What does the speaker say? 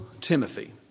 Timothy